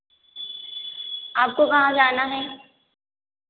आपको कहाँ जाना है